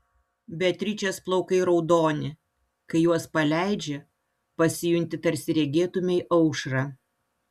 beatričės plaukai raudoni kai juos paleidžia pasijunti tarsi regėtumei aušrą